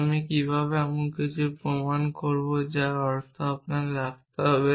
আমি কীভাবে এমন কিছু প্রমাণ করব যার অর্থ আপনাকে রাখতে হবে